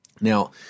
Now